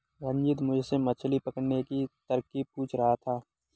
रंजित मुझसे मछली पकड़ने की तरकीब पूछ रहा था